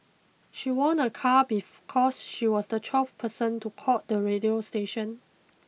she won a car be cause she was the twelfth person to call the radio station